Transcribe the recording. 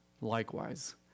likewise